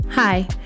Hi